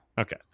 Okay